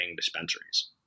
dispensaries